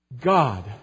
God